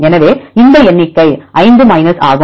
எனவே இந்த எண்ணிக்கை 5 மைனஸ் ஆகும்